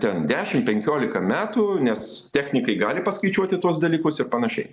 ten dešimt penkiolika metų nes technikai gali paskaičiuoti tuos dalykus ir panašiai